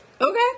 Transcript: Okay